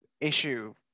issue